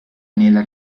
nella